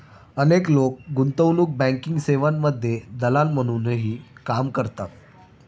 अनेक लोक गुंतवणूक बँकिंग सेवांमध्ये दलाल म्हणूनही काम करतात